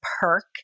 perk